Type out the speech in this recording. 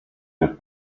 wird